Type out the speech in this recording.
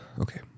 Okay